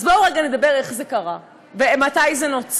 אז בואו רגע נדבר על איך זה קרה ומתי זה נוצר.